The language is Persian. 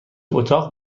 اتاق